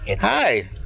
Hi